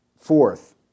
Fourth